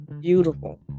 beautiful